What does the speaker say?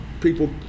people